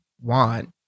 want